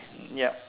yup